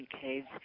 caves